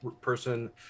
person